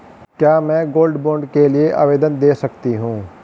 क्या मैं gold bond के लिए आवेदन दे सकती हूँ?